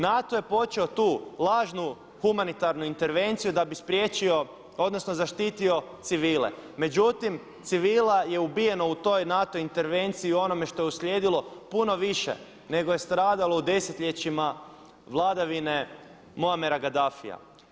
NATO je počeo tu lažnu humanitarnu intervenciju da bi spriječio odnosno zaštitio civile, međutim civila je ubijeno u toj NATO intervenciji i onome što je uslijedilo puno više nego je stradalo u desetljećima vladavine Muammar al-Gaddafija.